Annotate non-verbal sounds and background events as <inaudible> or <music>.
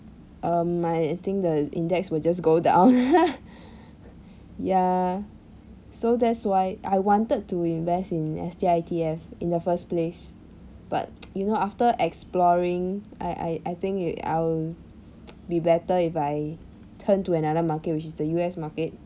oh my I think the index will just go down <laughs> ya so that's why I wanted to invest in S_T_I E_T_F in the first place but you know after exploring I I I think it I will be better if I turn to another market which is the U_S market